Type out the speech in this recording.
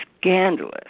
scandalous